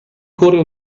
corre